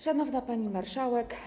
Szanowna Pani Marszałek!